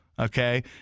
okay